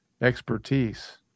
expertise